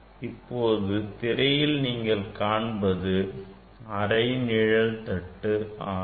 இப்போது திரையில் நீங்கள் காண்பது அரை நிழல் தட்டு ஆகும்